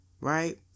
right